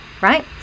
right